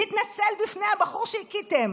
תתנצל בפני הבחור שהכיתם,